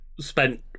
spent